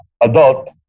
adult